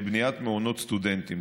לבניית מעונות סטודנטים,